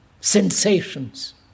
sensations